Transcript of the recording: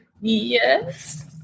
Yes